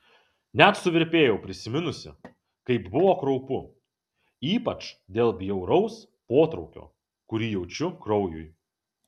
net suvirpėjau prisiminusi kaip buvo kraupu ypač dėl bjauraus potraukio kurį jaučiu kraujui